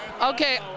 Okay